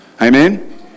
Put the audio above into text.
Amen